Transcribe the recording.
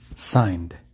Signed